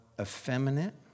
effeminate